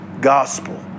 gospel